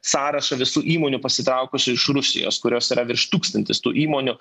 sąrašą visų įmonių pasitraukusių iš rusijos kurios yra virš tūkstantis tų įmonių